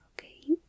Okay